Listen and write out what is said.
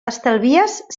estalvies